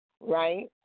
right